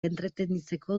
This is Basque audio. entretenitzeko